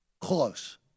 close